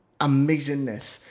amazingness